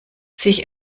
sich